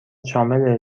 شامل